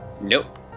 Nope